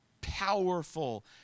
powerful